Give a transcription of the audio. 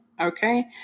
Okay